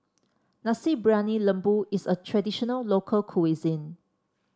Nasi Briyani Lembu is a traditional local cuisine